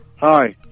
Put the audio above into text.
Hi